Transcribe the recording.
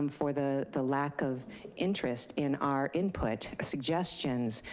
um for the the lack of interest in our input, suggestions,